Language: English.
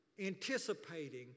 anticipating